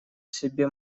себе